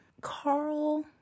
Carl